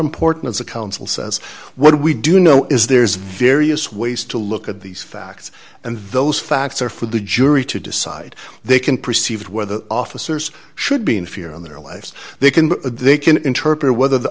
important as the council says what we do know is there's various ways to look at these facts and those facts are for the jury to decide they can perceive whether the officers should be in fear in their lives they can they can interpret whether the